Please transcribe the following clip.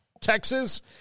Texas